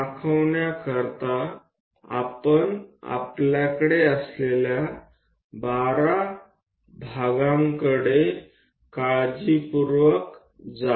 કાળજીપૂર્વક જાઓ આપણે 12 વિભાગ ચિહ્નિત કરવાના છે